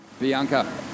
Bianca